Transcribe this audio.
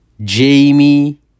Jamie